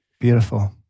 Beautiful